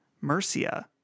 Mercia